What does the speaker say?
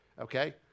okay